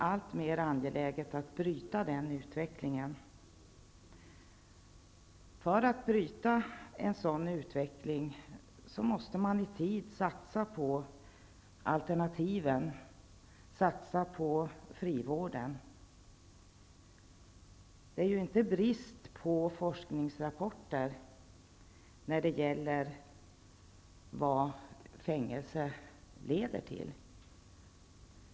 Att bryta den utvecklingen blir alltmer angeläget, och för att göra det måste man i tid satsa på alternativen, satsa på frivården. Det är ju ingen brist på forskningsrapporter som visar vad fängelse leder till.